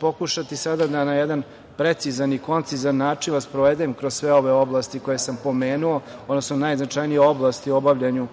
Pokušaću sada da na jedan precizan i koncizan način vas sprovedem kroz sve ove oblasti koje sam pomenuo, odnosno najznačajnije oblasti u obavljanju